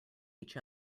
each